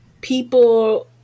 people